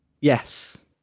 yes